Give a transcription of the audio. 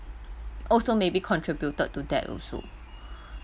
also maybe contributed to that also